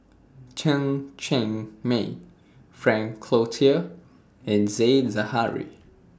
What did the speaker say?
Chen Cheng Mei Frank Cloutier and Said Zahari